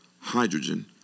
hydrogen